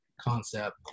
concept